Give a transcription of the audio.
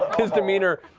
his demeanor,